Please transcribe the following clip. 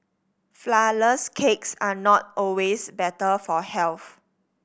flourless cakes are not always better for health